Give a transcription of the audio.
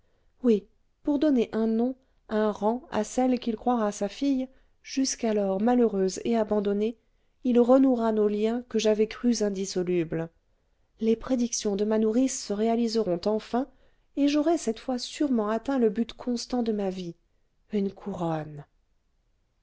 oui pour donner un nom un rang à celle qu'il croira sa fille jusqu'alors malheureuse et abandonnée il renouera nos liens que j'avais crus indissolubles les prédictions de ma nourrice se réaliseront enfin et j'aurai cette fois sûrement atteint le but constant de ma vie une couronne